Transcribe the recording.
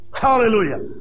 Hallelujah